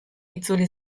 itzuli